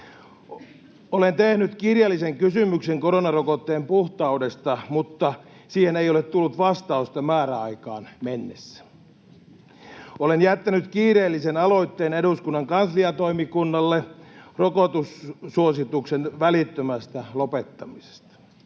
Olen tehnyt kirjallisen kysymyksen koronarokotteen puhtaudesta, mutta siihen ei ole tullut vastausta määräaikaan mennessä. Olen jättänyt kiireellisen aloitteen eduskunnan kansliatoimikunnalle rokotussuosituksen välittömästä lopettamisesta.